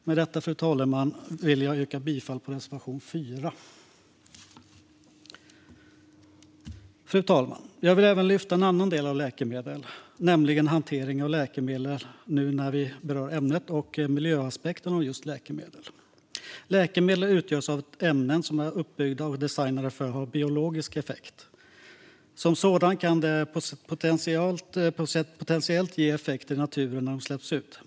Med detta, fru talman, vill jag yrka bifall till reservation 4. Fru talman! Jag vill även lyfta fram en annan läkemedelsfråga nu när vi berör ämnet, nämligen hanteringen av läkemedel och miljöaspekten av läkemedel. Läkemedel utgörs av ämnen som är uppbyggda och designade för att ha biologisk effekt. Som sådana kan de potentiellt ge effekter i naturen när de släpps ut.